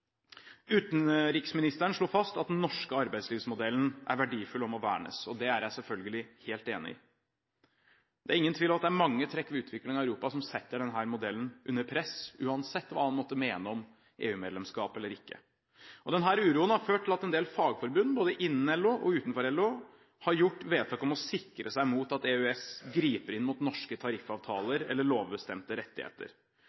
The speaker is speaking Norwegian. Utenriksministeren slo fast at den norske arbeidslivsmodellen er verdifull og må vernes. Det er jeg selvfølgelig helt enig i. Det er ingen tvil om at det er mange trekk ved utviklingen i Europa som setter denne modellen under press, uansett hva man måtte mene om EU-medlemskap eller ikke. Denne uroen har ført til at en del fagforbund både innen LO og utenfor LO har gjort vedtak om å sikre seg mot at EØS griper inn mot norske